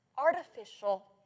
Artificial